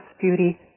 beauty